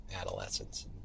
adolescence